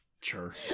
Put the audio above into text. sure